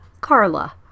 Carla